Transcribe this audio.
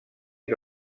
que